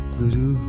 guru